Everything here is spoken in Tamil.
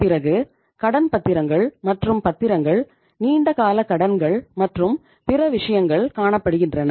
பிறகு கடன் பத்திரங்கள் மற்றும் பத்திரங்கள் நீண்ட கால கடன்கள் மற்றும் பிற விஷயங்கள் காணப்படுகின்றன